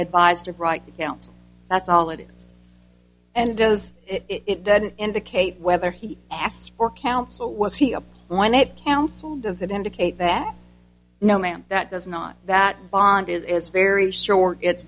advised of right counts that's all it is and does it then indicate whether he asked for counsel was he up when it counsel does it indicate that no ma'am that does not that bond is very short it's